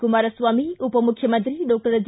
ಕುಮಾರಸ್ವಾಮಿ ಉಪಮುಖ್ಯಮಂತ್ರಿ doctor B